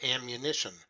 ammunition